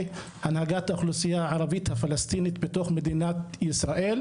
הנהגת האוכלוסייה הערבית הפלסטינית בתוך מדינת ישראל,